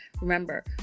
Remember